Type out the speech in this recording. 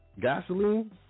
gasoline